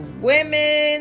women